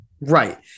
right